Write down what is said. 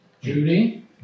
Judy